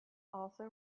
also